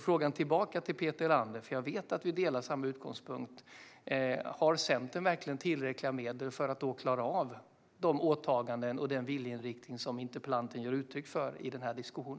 Frågan tillbaka till Peter Helander - jag vet att vi har samma utgångspunkt - är: Har Centern verkligen tillräckliga medel för att klara av de åtaganden och den viljeinriktning som interpellanten ger uttryck för i denna diskussion?